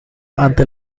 ante